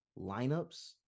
lineups